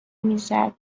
میزد